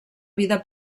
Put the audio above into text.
vida